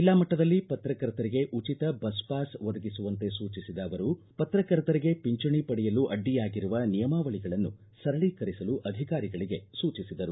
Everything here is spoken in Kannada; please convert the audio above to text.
ಜಿಲ್ಲಾ ಮಟ್ಟದಲ್ಲಿ ಪತ್ರಕರ್ತರಿಗೆ ಉಚಿತ ಬಸ್ ಪಾಸ್ ಒದಗಿಸುವಂತೆ ಸೂಚಿಸಿದ ಅವರು ಪತ್ರಕರ್ತರಿಗೆ ಪಿಂಚಣಿ ಪಡೆಯಲು ಅಡ್ಡಿಯಾಗಿರುವ ನಿಯಮಾವಳಿಗಳನ್ನು ಸರಳೀಕರಿಸಲು ಅಧಿಕಾರಿಗಳಿಗೆ ಸೂಚಿಸಿದರು